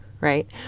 right